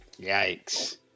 yikes